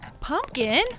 Pumpkin